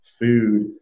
food